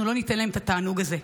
אנחנו לא ניתן להם את התענוג הזה.